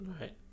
Right